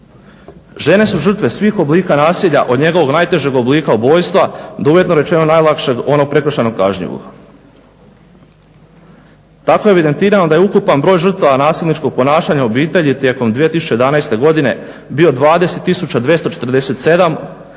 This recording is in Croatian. Žene su žrtve svih oblika nasilja od njegovog najtežeg oblika ubojstva do uvjetno rečeno onog najlakšeg prekršajno kažnjivog. Tako je evidentirano da je ukupan broj žrtava nasilničkog ponašanja u obitelji tijekom 2011. godine bio 20 tisuća